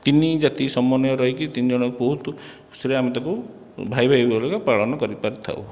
ତିନି ଜାତି ସମନ୍ୱୟ ରହିକି ତିନି ଜଣ ବହୁତ ଖୁସିରେ ଆମେ ତାକୁ ଭାଇ ଭାଇ ଭଳିଆ ପାଳନ କରିପାରି ଥାଉ